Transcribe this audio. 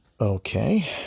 Okay